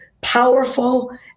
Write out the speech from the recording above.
powerful